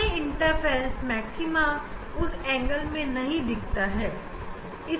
हमें interference maxima उस angle में नहीं दिखता है